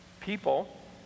people